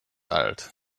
alt